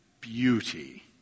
beauty